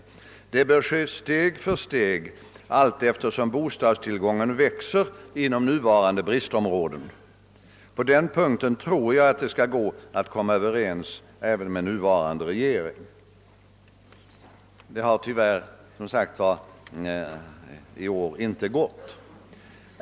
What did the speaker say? Det bör ske steg för steg allteftersom bostadstillgången växer inom nuvarande bristområden. På den punkten tror jag att det skall gå att komma överens även med nuvarande regering. — Det har tyvärr, som sagt, i år inte gått.